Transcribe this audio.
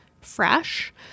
fresh